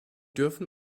dürfen